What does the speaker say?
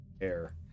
air